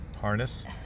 Harness